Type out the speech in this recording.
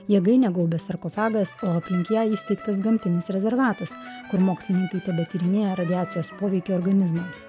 jėgainę gaubia sarkofagas o aplink ją įsteigtas gamtinis rezervatas kur mokslininkai tebetyrinėja radiacijos poveikį organizmams